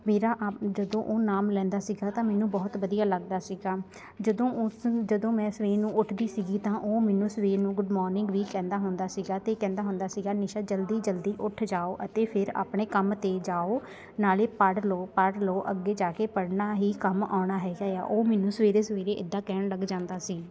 ਮੇਰਾ ਆਪ ਜਦੋਂ ਉਹ ਨਾਮ ਲੈਂਦਾ ਸੀਗਾ ਤਾਂ ਮੈਨੂੰ ਬਹੁਤ ਵਧੀਆ ਲੱਗਦਾ ਸੀਗਾ ਜਦੋਂ ਉਸ ਜਦੋਂ ਮੈਂ ਸਵੇਰ ਨੂੰ ਉੱਠਦੀ ਸੀਗੀ ਤਾਂ ਉਹ ਮੈਨੂੰ ਸਵੇਰ ਨੂੰ ਗੁੱਡ ਮੋਰਨਿੰਗ ਵੀ ਕਹਿੰਦਾ ਹੁੰਦਾ ਸੀਗਾ ਅਤੇ ਕਹਿੰਦਾ ਹੁੰਦਾ ਸੀਗਾ ਨਿਸ਼ਾ ਜਲਦੀ ਜਲਦੀ ਉੱਠ ਜਾਓ ਅਤੇ ਫਿਰ ਆਪਣੇ ਕੰਮ 'ਤੇ ਜਾਓ ਨਾਲੇ ਪੜ੍ਹ ਲਉ ਪੜ੍ਹ ਲਉ ਅੱਗੇ ਜਾ ਕੇ ਪੜ੍ਹਨਾ ਹੀ ਕੰਮ ਆਉਣਾ ਹੈਗਾ ਆ ਉਹ ਮੈਨੂੰ ਸਵੇਰੇ ਸਵੇਰੇ ਇੱਦਾਂ ਕਹਿਣ ਲੱਗ ਜਾਂਦਾ ਸੀ